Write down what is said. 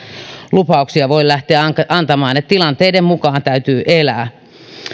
lupauksia voi lähteä antamaan että tilanteiden mukaan täytyy elää